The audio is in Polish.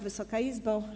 Wysoka Izbo!